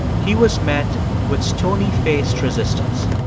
he was met with stony-faced resistance.